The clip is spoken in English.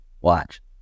watch